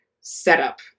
setup